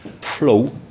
flow